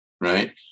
Right